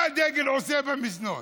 מה הדגל עושה במזנון?